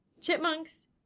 Chipmunks